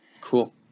cool